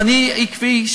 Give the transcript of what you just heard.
ואני עקבי,